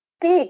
big